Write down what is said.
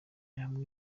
hamwe